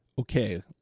okay